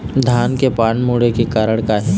धान के पान मुड़े के कारण का हे?